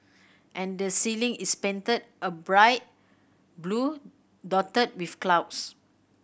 and the ceiling is painted a bright blue dotted with clouds